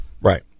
Right